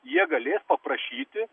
jie galės paprašyti